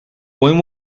when